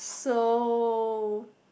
so